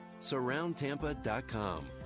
surroundtampa.com